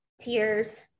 tears